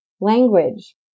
language